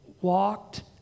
walked